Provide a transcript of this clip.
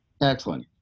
excellent